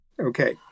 Okay